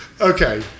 Okay